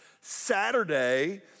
Saturday